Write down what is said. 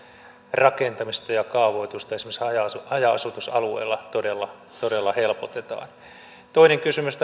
rakentamista ja kaavoitusta esimerkiksi haja asutusalueilla todella todella helpotetaan toinen kysymys